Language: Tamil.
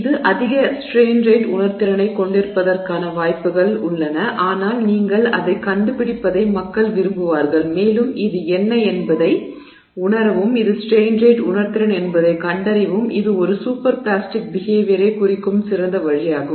இது அதிக ஸ்ட்ரெய்ன் ரேட் உணர்திறனைக் கொண்டிருப்பதற்கான வாய்ப்புகள் உள்ளன ஆனால் நீங்கள் அதைக் கண்டுபிடிப்பதை மக்கள் விரும்புவார்கள் மேலும் இது என்ன என்பதை உணரவும் இது ஸ்ட்ரெய்ன் ரேட் உணர்திறன் என்பதைக் கண்டறியவும் இது ஒரு சூப்பர் பிளாஸ்டிக் பிஹேவியரைக் குறிக்கும் சிறந்த வழியாகும்